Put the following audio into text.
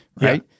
right